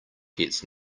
gets